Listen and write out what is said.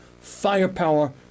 firepower